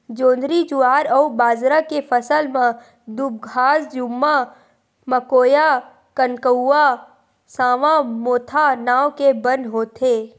जोंधरी, जुवार अउ बाजरा के फसल म दूबघास, गुम्मा, मकोया, कनकउवा, सावां, मोथा नांव के बन होथे